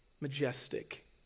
majestic